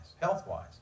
health-wise